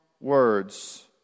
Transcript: words